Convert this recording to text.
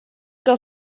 que